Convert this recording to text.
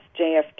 JFK